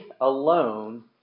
alone